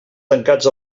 tancats